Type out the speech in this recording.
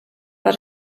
per